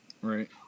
right